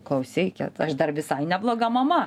klausykit aš dar visai nebloga mama